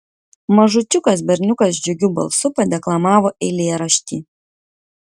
mažučiukas berniukas džiugiu balsu padeklamavo eilėraštį